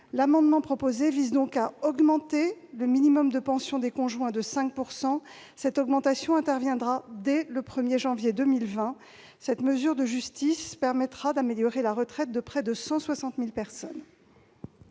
amendement vise donc à augmenter le minimum de pension des conjoints de 5 %. L'augmentation interviendra dès le 1 janvier 2020. Cette mesure de justice permettra d'améliorer la retraite de près de 160 000 personnes.